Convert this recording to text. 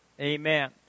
Amen